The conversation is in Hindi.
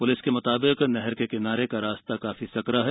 प्लिस के म्ताबिक नहर के किनारे रास्ता काफी संकरा है